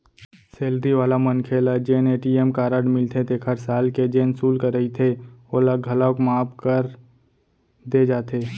salary वाला मनखे ल जेन ए.टी.एम कारड मिलथे तेखर साल के जेन सुल्क रहिथे ओला घलौक माफ कर दे जाथे